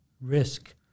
risk